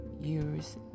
years